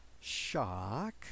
shock